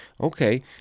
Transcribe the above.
okay